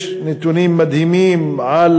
יש נתונים מדהימים על